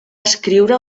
escriure